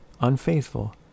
unfaithful